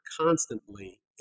constantly